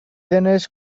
denez